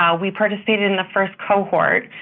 ah we participated in the first cohort,